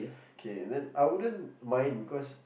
okay then I wouldn't mind because